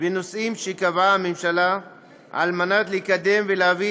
ונושאים שקבעה הממשלה על מנת לקדם ולהביא